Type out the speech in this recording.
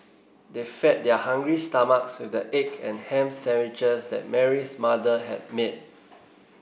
they fed their hungry stomachs with the egg and ham sandwiches that Mary's mother had made